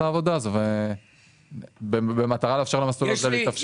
העבודה הזאת במטרה לאפשר למסלול הזה להתאפשר.